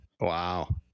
Wow